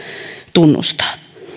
tunnustaa